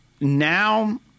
Now